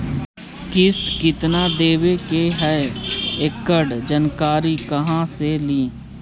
किस्त केत्ना देबे के है एकड़ जानकारी कहा से ली?